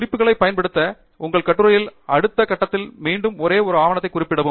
குறிப்புகளைப் பயன்படுத்த உங்கள் கட்டுரையில் அடுத்த கட்டத்தில் மீண்டும் ஒரே ஆவணத்தை குறிப்பிடவும்